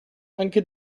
anche